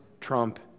trump